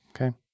Okay